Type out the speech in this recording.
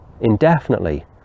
indefinitely